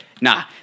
nah